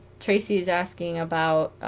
traci is asking about